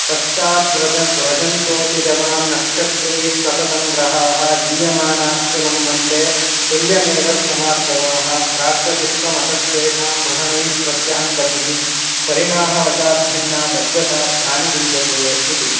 पश्चात् व्रजन्तोतिजवान् नक्षत्रैस्सततङ्ग्रहाः दीयमानास्तु लम्बन्ते तुल्यमेव स्वमार्गवाः प्राग्प्रतिस्त्व मतस्तेषां भगणैः प्रत्यहङ्गतिः परिणाहवशात् भिन्ना तद्वाशात् तानि भुञ्जते इति